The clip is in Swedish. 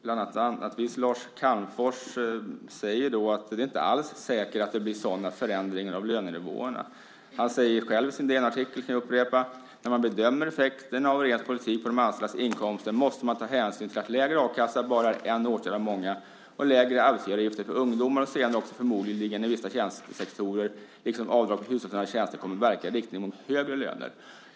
Bland annat Lars Calmfors säger att det inte alls är säkert att det blir sådana förändringar av lönenivåerna. Han säger själv i sin DN-artikel - det kan jag upprepa: När man bedömer effekterna av regeringens politik på de anställdas inkomster måste man ta hänsyn till att lägre a-kassa bara är en åtgärd av många. Lägre arbetsgivaravgifter för ungdomar och senare förmodligen också i vissa tjänstesektorer, liksom avdrag för hushållsnära tjänster, kommer att verka i riktning mot högre löner.